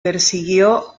persiguió